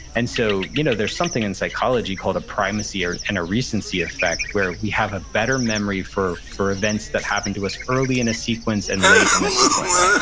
and so you know there's something in psychology called a primacy and and a recency effect where we have a better memory for for events that happened to us early in a sequence and late in a sequence.